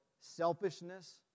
selfishness